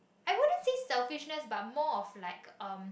I wouldn't say selfishness but more of like um